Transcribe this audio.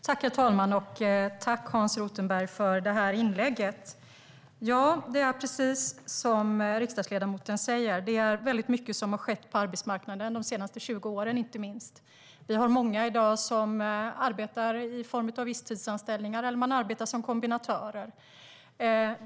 Herr talman! Jag tackar Hans Rothenberg för inlägget. Ja, det är precis som riksdagsledamoten säger: Väldigt mycket har skett på arbetsmarknaden de senaste 20 åren, inte minst. Vi har i dag många som arbetar i visstidsanställningar, eller också arbetar de som kombinatörer.